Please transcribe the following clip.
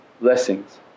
blessings